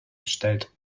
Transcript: gestellt